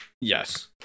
Yes